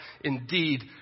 indeed